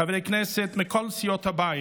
חברי הכנסת מכל סיעות הבית,